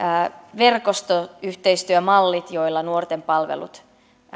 verkostoyhteistyömallit joilla nuorten palvelut